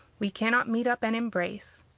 we cannot meet up and embrace.